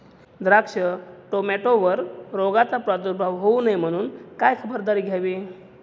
द्राक्ष, टोमॅटोवर रोगाचा प्रादुर्भाव होऊ नये म्हणून काय खबरदारी घ्यावी?